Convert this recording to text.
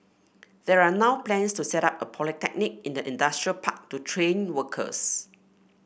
there are now plans to set up a polytechnic in the industrial park to train workers